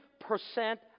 percent